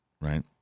right